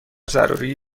ضروری